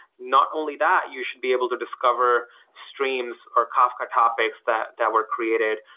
not only that, you should be able to discover streams or kafka topics that that were created,